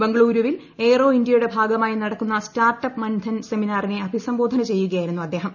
ബംഗളൂരുവുൽ നടക്കുന്ന എയ്റോ ഇന്ത്യയുടെ ഭാഗമായി നടക്കുന്ന സ്റ്റാർട്ടപ്പ് മൻതൻ സെമിനാറിനെ അഭിസംബോധന ചെയ്യുകയായിരുന്നു അദ്ദേഹം